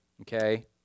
Okay